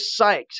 psyched